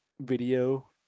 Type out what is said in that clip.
video